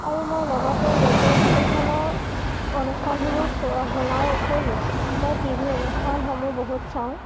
আৰু মই লগতে ৰেডিঅ' ষ্টেচনৰ অনুষ্ঠানসমূহ চোৱা শুনাৰ উপৰিও মই টি ভি অনুষ্ঠানসমূহো বহুত চাওঁ